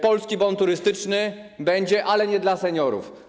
Polski bon turystyczny będzie, ale nie dla seniorów.